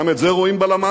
גם את זה רואים בלמ"ס.